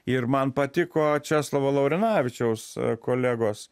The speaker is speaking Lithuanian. ir man patiko česlovo laurinavičiaus kolegos